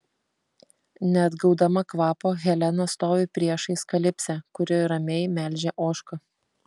neatgaudama kvapo helena stovi priešais kalipsę kuri ramiai melžia ožką